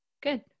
good